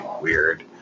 weird